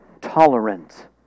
tolerant